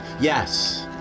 yes